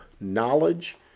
knowledge